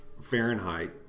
Fahrenheit